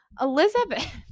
Elizabeth